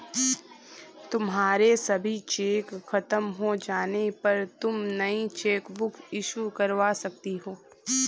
तुम्हारे सभी चेक खत्म हो जाने पर तुम नई चेकबुक इशू करवा सकती हो